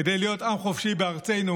כדי להיות עם חופשי בארצנו,